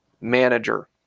manager